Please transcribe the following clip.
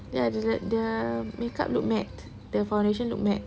the the the the makeup look matte the foundation look matte